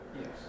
Yes